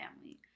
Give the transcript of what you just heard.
family